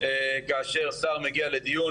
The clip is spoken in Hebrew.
כאשר שר מגיע לדיון,